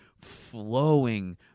flowing